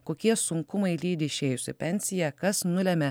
kokie sunkumai lydi išėjus į pensiją kas nulemia